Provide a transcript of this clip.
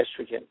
estrogen